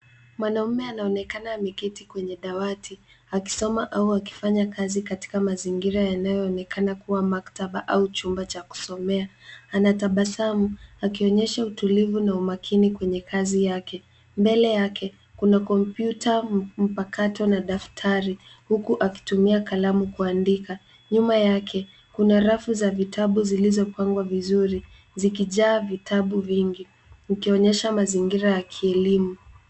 Mwanaume anaonekana ameketi kwenye dawati, akisoma au akifanya kazi katika mazingira yanayoonekana kuwa maktaba au chumba cha kusomea. Anatabasamu, akionyesha utulivu na umakini kwenye kazi yake. Mbele yake, kuna kompyuta mpakato na daftari, huku akitumia kalamu kuandika. Nyuma yake, kuna rafu za vitabu zilizopangwa vizuri zikijaa vitabu vingi, ikionyesha mazingira ya kielimu.